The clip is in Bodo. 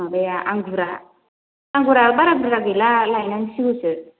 माबाया आंगुरा आंगुरा बारा बुरजा गैला लायनांसिगौसो